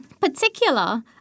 particular